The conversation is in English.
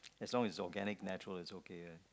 as long as it's organic natural is okay ya